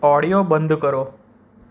audio બંધ કરો